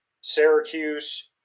Syracuse